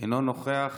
אינו נוכח.